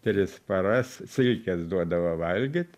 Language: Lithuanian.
tris paras silkės duodavo valgyt